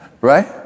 Right